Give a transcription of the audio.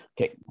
Okay